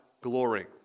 glory